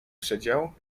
przedział